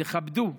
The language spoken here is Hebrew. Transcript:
תכבדו.